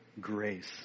grace